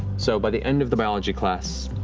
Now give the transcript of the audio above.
so by the end of the biology class,